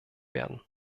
werden